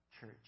church